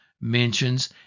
mentions